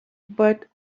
but